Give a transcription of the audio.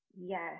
Yes